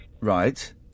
Right